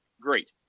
Great